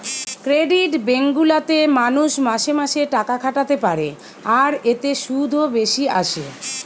credit bank গুলা তে মানুষ মাসে মাসে টাকা খাটাতে পারে আর এতে শুধও বেশি আসে